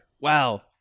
Wow